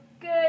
good